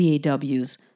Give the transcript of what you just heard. DAWs